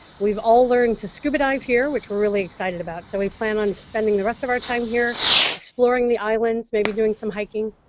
we've all learned to scuba dive here, which we're really excited about. so we plan on spending the rest of our time here exploring the islands, maybe doing some hiking,